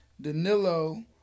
Danilo